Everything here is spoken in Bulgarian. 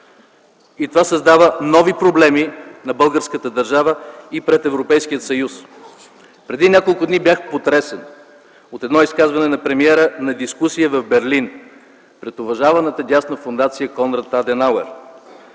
и това създава нови проблеми на българската държава и пред Европейския съюз. Преди няколко дни бях потресен от едно изказване на премиера на дискусия в Берлин пред уважаваната дясна Фондация „Конрад Аденауер”.